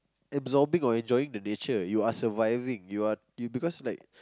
absorbing or enjoying the nature you are surviving you are you because like